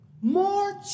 more